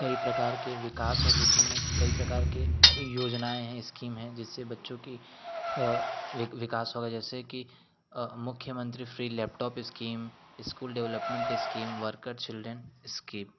कई प्रकार के विकास और विधि में कई प्रकार के योजनाएँ है स्कीम हैं जिससे बच्चों की वि विकास होगा जैसे कि अ मुख्यमंत्री free laptop scheme school development scheme worker children scheme